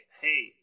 hey